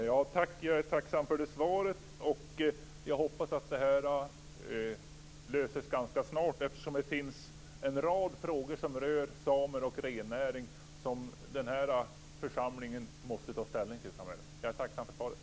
Fru talman! Jag är tacksam för det svaret. Jag hoppas att detta löses ganska snart, eftersom det finns en rad frågor som rör samer och rennäring som den här församlingen måste ta ställning till framöver. Jag är tacksam för svaret.